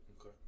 Okay